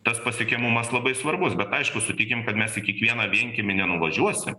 tas pasiekiamumas labai svarbus bet aišku sutikim kad mes į kiekvieną vienkiemį nenuvažiuosi